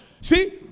See